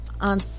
on